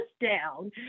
down